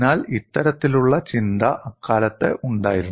അതിനാൽ ഇത്തരത്തിലുള്ള ചിന്ത അക്കാലത്ത് ഉണ്ടായിരുന്നു